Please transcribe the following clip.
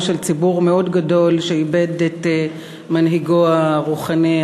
של ציבור מאוד גדול שאיבד את מנהיגו הרוחני,